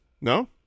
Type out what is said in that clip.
No